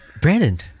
brandon